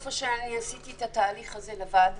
בסופו של דבר עשיתי את התהליך הזה לבד.